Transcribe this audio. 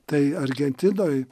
tai argentinoj